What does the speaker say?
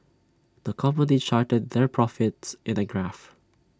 the company charted their profits in A graph